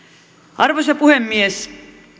arvoisa puhemies